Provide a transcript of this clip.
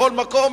בכל מקום,